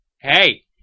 hey